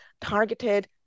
targeted